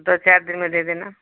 दो चार दिन में दे देना